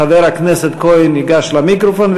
חבר הכנסת כהן ייגש למיקרופון,